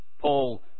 Paul